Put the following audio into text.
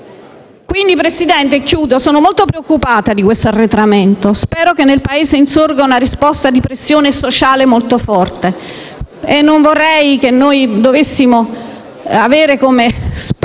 Quindi, Presidente - e chiudo - sono molto preoccupata di questo arretramento. Spero che nel Paese insorga una risposta di pressione sociale molto forte. Non vorrei che dovessimo avere come spettro